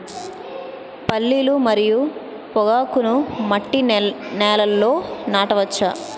పల్లీలు మరియు పొగాకును మట్టి నేలల్లో నాట వచ్చా?